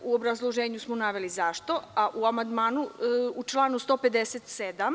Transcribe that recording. U obrazloženju smo naveli zašto, a u amandmanu u članu 157.